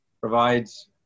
provides